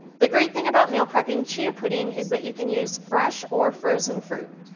the great thing about meal prepping chia pudding is that you can use fresh or frozen fruit.